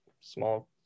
small